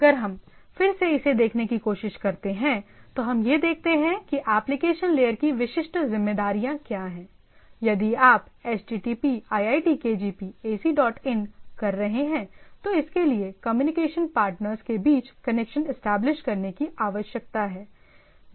अगर हम फिर से इसे देखने की कोशिश करते हैं तो हम यह देखते हैं कि एप्लिकेशन लेयर की विशिष्ट जिम्मेदारियां क्या हैं यदि आप http iitkgp AC dot in कर रहे हैं तो इसके लिए कम्युनिकेशन पार्टनर्स के बीच कनेक्शन एस्टेब्लिश करने की आवश्यकता है